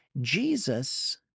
Jesus